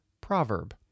proverb